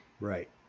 Right